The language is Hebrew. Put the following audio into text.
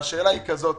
והשאלה היא כזאת: